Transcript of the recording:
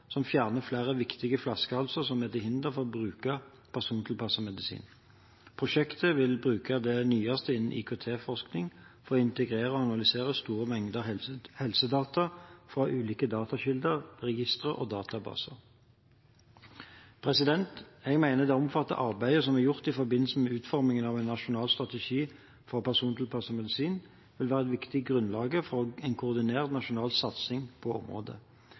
som fjerner flere viktige flaskehalser som er til hinder for å bruke persontilpasset medisin. Prosjektet vil bruke det nyeste innen IKT-forskning for å integrere og analysere store mengder helsedata fra ulike datakilder, registre og databaser. Jeg mener det omfattende arbeidet som er gjort i forbindelse med utformingen av en nasjonal strategi for persontilpasset medisin, vil være et viktig grunnlag for en koordinert nasjonal satsing på området.